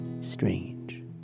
strange